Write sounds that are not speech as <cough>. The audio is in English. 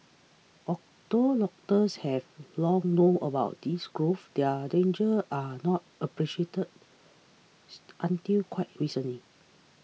although doctors have long known about these growths their danger was not appreciated <unintelligible> until quite recently